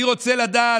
אני רוצה לדעת,